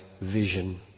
Vision